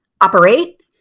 operate